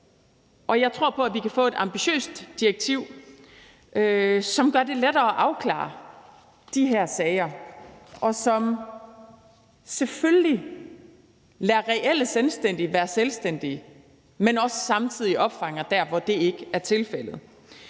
Og jeg tror på, at vi kan få et ambitiøst direktiv, som gør det lettere at afklare de her sager, og som selvfølgelig lader reelle selvstændige være selvstændige, men også samtidig opfanger det i de situationer, hvor det ikke er tilfældet.